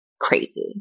crazy